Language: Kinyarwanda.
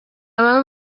ababa